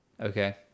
Okay